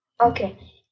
Okay